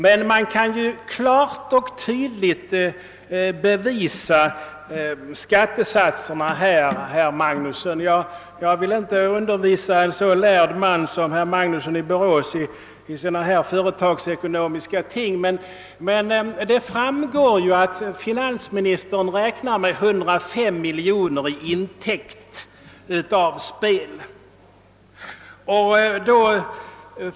Men det finns ett sätt att klart och tydligt påvisa den genomsnittliga skattesatsen. Jag vill inte försöka undervisa en i företagsekonomiska ting så lärd man som herr Magnusson i Borås, men det framgår att finansministern i årets finansplan räknar med 105 miljoner i intäkt av totalisatorspel.